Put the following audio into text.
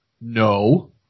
no